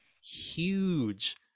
huge